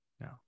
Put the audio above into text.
No